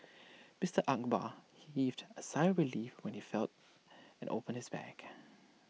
Mister Akbar heaved A sigh of relief when he felt and opened his bag